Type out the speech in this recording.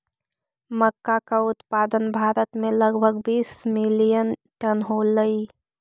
मक्का का उत्पादन भारत में लगभग बीस मिलियन टन होलई